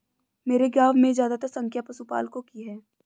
मेरे गांव में ज्यादातर संख्या पशुपालकों की है